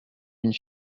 une